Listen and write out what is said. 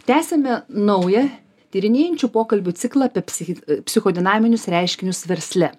tęsiame naują tyrinėjančių pokalbių ciklą apie psichi psichodinaminius reiškinius versle